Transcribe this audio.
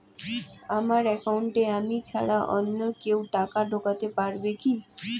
আমার একাউন্টে আমি ছাড়া অন্য কেউ টাকা ঢোকাতে পারবে কি?